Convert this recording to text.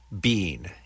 Bean